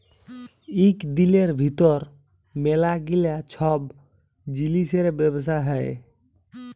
ইক দিলের ভিতর ম্যালা গিলা ছব জিলিসের ব্যবসা হ্যয়